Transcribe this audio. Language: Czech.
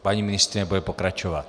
Paní ministryně bude pokračovat.